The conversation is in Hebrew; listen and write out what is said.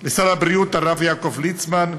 לשר הבריאות הרב יעקב ליצמן,